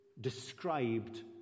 described